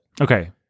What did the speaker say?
Okay